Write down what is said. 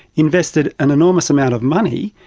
invested an enormous amount of money,